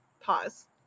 Pause